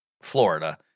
Florida